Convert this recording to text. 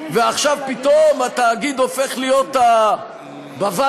ועכשיו פתאום התאגיד הופך להיות בבת-עיניכם